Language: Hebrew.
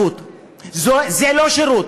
זה לא שירות.